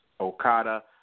Okada